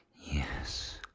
Yes